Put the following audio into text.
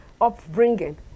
upbringing